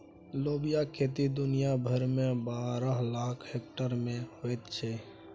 लोबियाक खेती दुनिया भरिमे बारह लाख हेक्टेयर मे होइत छै